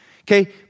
Okay